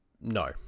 No